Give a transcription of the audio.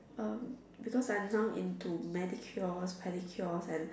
um because I'm now into Manicures pedicures and